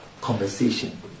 conversation